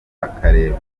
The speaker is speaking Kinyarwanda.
hakarebwa